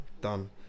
done